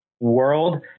world